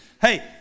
Hey